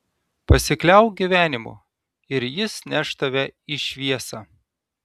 pasikliauk gyvenimu ir jis neš tave į šviesą